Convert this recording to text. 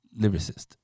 Lyricist